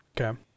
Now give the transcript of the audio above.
Okay